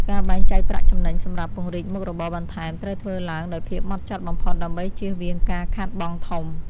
ការបែងចែកប្រាក់ចំណេញសម្រាប់ពង្រីកមុខរបរបន្ថែមត្រូវធ្វើឡើងដោយភាពហ្មត់ចត់បំផុតដើម្បីជៀសវាងការខាតបង់ធំ។